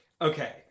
Okay